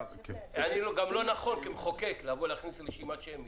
גם לא נכון כמחוקק להכניס רשימה שמית.